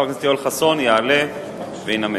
חבר הכנסת יואל חסון יעלה וינמק.